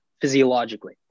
physiologically